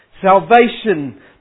Salvation